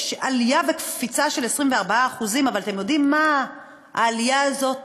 בקרב קשישים יש עלייה וקפיצה של 24%. אבל אתם יודעים מה העלייה הזאת